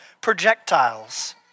projectiles